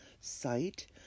site